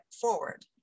forward